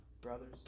brothers